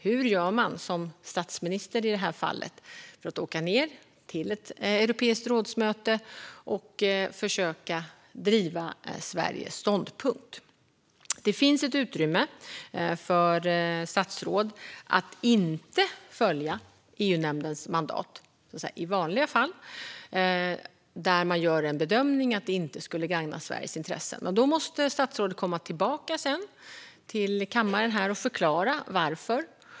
Hur gör man, som statsminister i det här fallet, för att åka ned till ett möte i Europeiska rådet och försöka driva Sveriges ståndpunkt? Det finns ett utrymme för statsråd att inte följa EU-nämndens mandat i vanliga fall, där man gör en bedömning att det inte skulle gagna Sveriges intressen. Då måste statsrådet sedan komma tillbaka till kammaren och förklara varför.